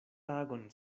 tagon